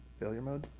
failure mode.